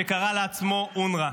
שקרא לעצמו אונר"א.